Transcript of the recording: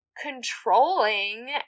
controlling